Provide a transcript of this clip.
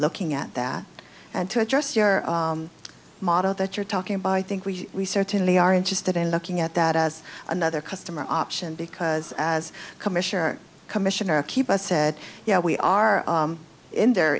looking at that and to adjust your model that you're talking about i think we certainly are interested in looking at that as another customer option because as commissioner commissioner keep us said you know we are in the